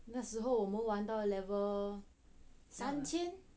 那时候我们玩到 level 三千